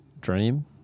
dream